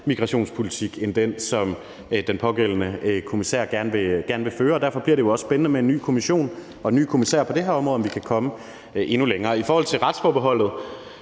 migrationspolitik end den, som den pågældende kommissær gerne vil føre. Derfor bliver det jo også spændende, om vi med en ny kommission og en ny kommissær på det her område kan komme endnu længere. I forhold til retsforbeholdet